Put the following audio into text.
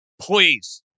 Please